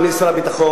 אדוני שר הביטחון,